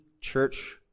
church